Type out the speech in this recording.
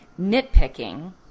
nitpicking